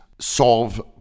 solve